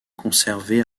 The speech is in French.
conservé